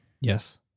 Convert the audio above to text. Yes